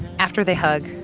after they hug,